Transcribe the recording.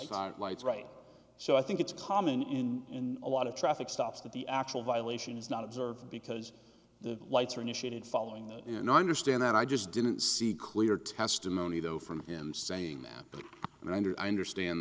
car lights right so i think it's common in a lot of traffic stops that the actual violation is not observed because the lights are initiated following the you know i understand i just didn't see clear testimony though from him saying that and i did understand